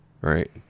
right